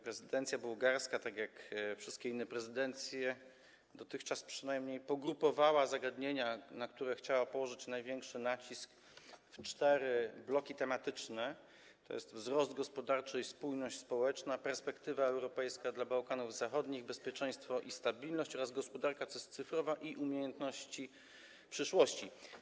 Prezydencja bułgarska, tak jak wszystkie inne prezydencje, przynajmniej dotychczas, pogrupowała zagadnienia, na które chciała położyć największy nacisk, tu w cztery bloki tematyczne, tj. wzrost gospodarczy i spójność społeczna, perspektywa europejska dla Bałkanów Zachodnich, bezpieczeństwo i stabilność oraz gospodarka cyfrowa i umiejętności przyszłości.